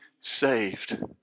saved